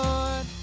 Lord